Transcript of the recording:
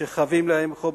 שחבים להם חוב מוסרי.